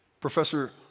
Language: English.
Professor